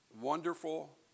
wonderful